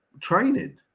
training